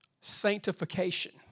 sanctification